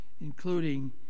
including